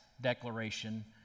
declaration